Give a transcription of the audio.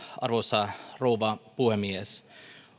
arvoisa rouva puhemies